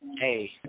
Hey